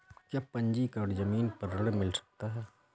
क्या पंजीकरण ज़मीन पर ऋण मिल सकता है?